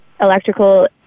electrical